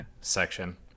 section